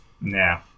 nah